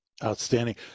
Outstanding